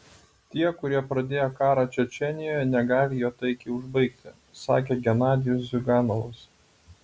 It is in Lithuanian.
tie kurie pradėjo karą čečėnijoje negali jo taikiai užbaigti sakė genadijus ziuganovas